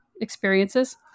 experiences